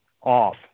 off